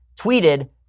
tweeted